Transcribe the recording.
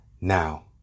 Now